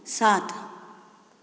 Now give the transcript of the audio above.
सात